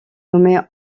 nommée